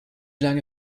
lange